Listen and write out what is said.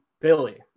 Billy